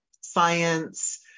science